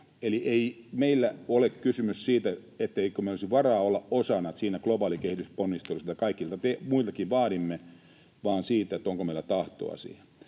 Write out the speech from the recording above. ei meillä ole kysymys siitä, etteikö meillä olisi varaa olla osana siinä globaalissa kehitysponnistelussa, mitä kaikilta muiltakin vaadimme, vaan siitä, onko meillä tahtoa siihen.